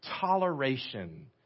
Toleration